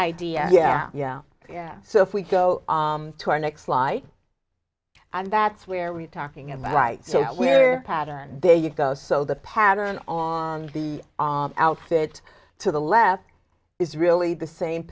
idea yeah yeah yeah so if we go to our next light and that's where we're talking about right so where pattern there you go so the pattern on the outfit to the left is really the same